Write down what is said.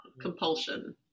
compulsion